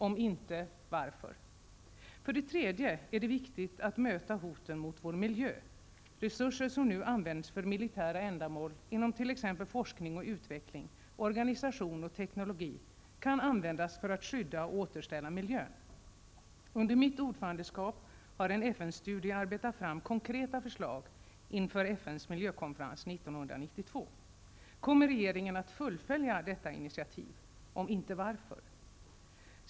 Om inte, varför? För det tredje är det viktigt att möta hoten mot vår miljö. Resurser som nu används för militära ändamål inom t.ex. forskning och utveckling, organisation och teknologi kan användas för att skydda och återställa miljön. Under mitt ordförandeskap har en FN-studie arbetat fram konkreta förslag inför FNs miljökonferens 1992. Kommer regeringen att fullfölja detta initiativ? Om inte, varför?